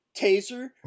taser